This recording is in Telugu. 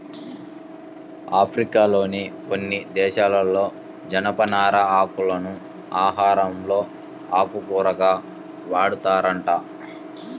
ఆఫ్రికాలోని కొన్ని దేశాలలో జనపనార ఆకులను ఆహారంలో ఆకుకూరగా వాడతారంట